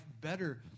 better